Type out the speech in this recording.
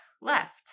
left